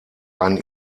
einen